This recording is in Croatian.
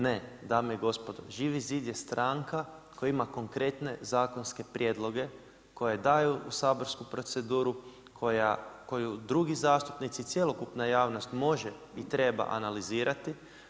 Ne, dame i gospodo, Živi zid je stranka koja ima konkretne zakonske prijedloge, koje daje u saborsku proceduru, koju drugi zastupnici i cjelokupna javnost može i treba analizirati.